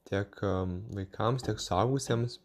tiek vaikams tiek suaugusiems